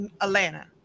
Atlanta